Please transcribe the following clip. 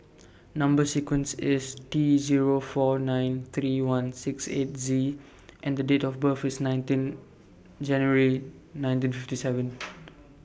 Number sequence IS T Zero four nine three one six eight Z and Date of birth IS nineteen January nineteen fifty seven